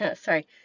sorry